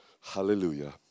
Hallelujah